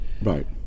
Right